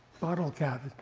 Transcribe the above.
bottle cap.